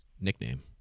nickname